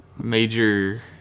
Major